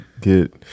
get